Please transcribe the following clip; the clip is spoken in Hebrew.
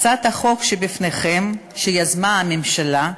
הצעת החוק שבפניכם, שיזמה הממשלה,